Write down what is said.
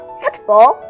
football